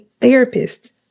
therapist